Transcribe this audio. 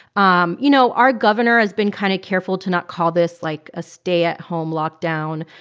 um you know, our governor has been kind of careful to not call this, like, a stay-at-home lockdown.